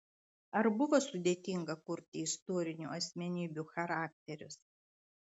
ar buvo sudėtinga kurti istorinių asmenybių charakterius